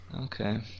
okay